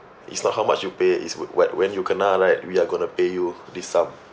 it's not how much you pay it's whe~ when you kena right we are going to pay you this sum